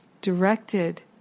directed